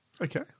Okay